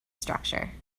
structure